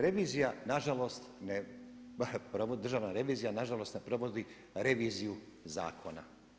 Revizija na žalost, Državna revizija na žalost ne provodi reviziju zakona.